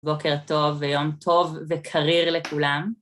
בוקר טוב ויום טוב וקריר לכולם.